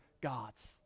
gods